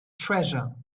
treasure